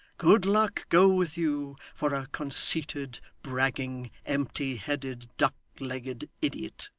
good luck go with you for a conceited, bragging, empty-headed, duck-legged idiot